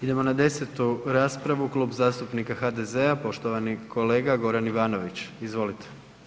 Idemo na 10. raspravu, Klub zastupnika HDZ-a, poštovani kolega Goran Ivanović, izvolite.